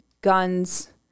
guns